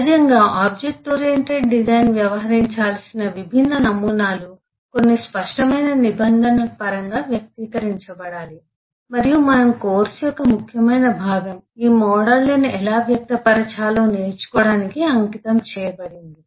సహజంగా object oriented design వ్యవహరించాల్సిన అన్ని విభిన్న నమూనాలు కొన్ని స్పష్టమైన నిబంధనల పరంగా వ్యక్తీకరించబడాలి మరియు మన కోర్సు యొక్క ముఖ్యమైన భాగం ఈ మోడళ్లను ఎలా వ్యక్తపరచాలో నేర్చుకోవటానికి అంకితం చేయబడింది